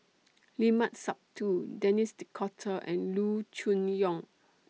Limat Sabtu Denis D'Cotta and Loo Choon Yong